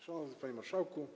Szanowny Panie Marszałku!